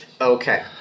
Okay